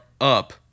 up